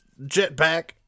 jetpack